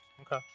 Okay